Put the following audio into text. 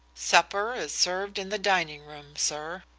supper is served in the dining room, sir,